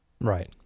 Right